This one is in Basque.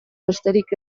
besterik